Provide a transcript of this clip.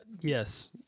yes